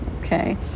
okay